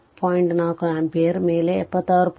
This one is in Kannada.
4 ಆಂಪಿಯರ್ ಮೇಲೆ 76